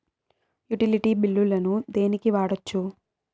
Utility బిల్లులను దేనికి వాడొచ్చు?